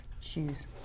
shoes